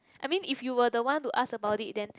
I mean if you were the one to ask about it then